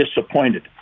disappointed